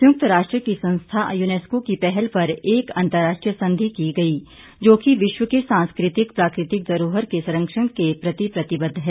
संयुक्त राष्ट्र की संस्था यूनेस्को की पहल पर एक अंतर्राष्ट्रीय संधि की गई जोकि विश्व के सांस्कृतिक प्राकृतिक धरोहर के संरक्षण के प्रति प्रतिबद्ध है